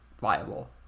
viable